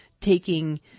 taking